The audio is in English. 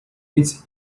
its